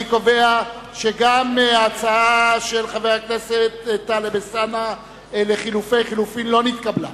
אני קובע שגם ההצעה של חבר הכנסת טלב אלסאנע לחלופי חלופין לא נתקבלה.